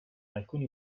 alcuni